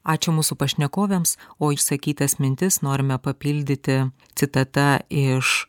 ačiū mūsų pašnekovėms o išsakytas mintis norime papildyti citata iš